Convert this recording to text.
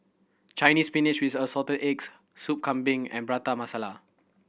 Chinese Spinach with Assorted Eggs Soup Kambing and Prata Masala